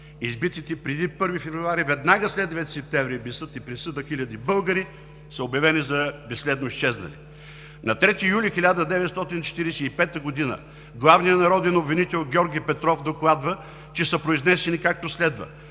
Избитите преди 1 февруари веднага след 9 септември без съд и присъда хиляди българи са обявени за безследно изчезнали. На 3 юли 1945 г. главният народен обвинител Георги Петров докладва, че са произнесени както следва: